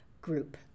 group